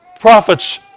prophets